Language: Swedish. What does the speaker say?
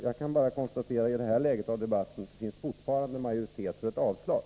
Jag kan bara konstatera att i det här läget av debatten finns det fortfarande en majoritet för ett avslag.